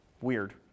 weird